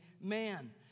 man